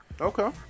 Okay